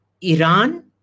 Iran